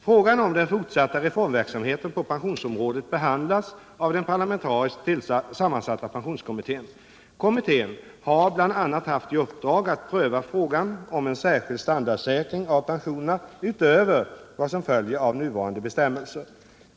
Frågan om den fortsatta reformverksamheten på pensionsområdet behandlas av den parlamentariskt sammansatta pensionskommittén. Kommittén har bl.a. haft i uppdrag att pröva frågan om en särskild standardsäkring av pensionerna utöver vad som följer av nuvarande bestämmelser.